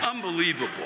Unbelievable